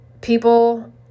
people